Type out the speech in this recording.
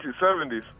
1970s